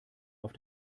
auf